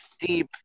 deep